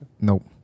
Nope